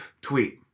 tweet